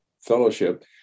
fellowship